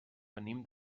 venim